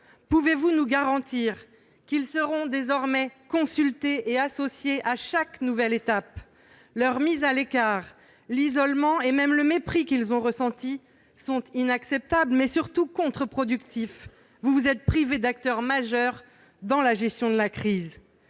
Pouvez-vous nous garantir qu'ils seront désormais consultés et associés à chaque nouvelle étape ? Leur mise à l'écart, l'isolement et même le mépris qu'ils ont ressenti sont inacceptables, mais surtout contre-productifs. Vous vous êtes privés d'acteurs majeurs dans la gestion de la crise.